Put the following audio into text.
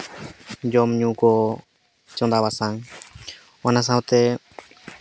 ᱡᱚᱢᱼᱧᱩ ᱠᱚ ᱪᱚᱸᱫᱟ ᱵᱟᱥᱟᱝ ᱚᱱᱟ ᱥᱟᱶᱛᱮ